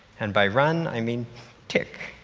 and by run, i mean tick.